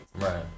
Right